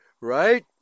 right